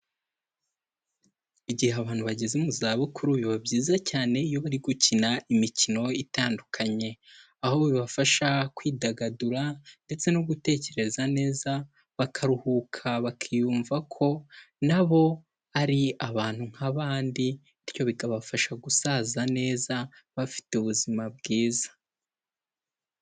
Igihe abantu bageze mu za bukuru biba byiza cyane iyo bari gukina imikino itandukanye aho bibafasha kwidagadura ndetse no gutekereza neza bakaruhuka bakiyumva ko nabo ari abantu nk'abandi bityo bikabafasha gusaza neza bafite ubuzima bwiza.